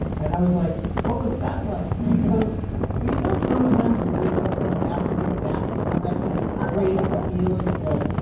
and i was like, what was that like? and he goes well, you know sometimes you wake up from an afternoon nap, and you have that kind of great ah feeling of like,